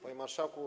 Panie Marszałku!